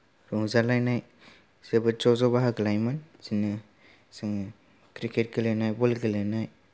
रंजालायनाय जोबोद ज' ज' बाहागो लायोमोन बिदिनो जोङो क्रिकेट गेलेनाय बल गेलेनाय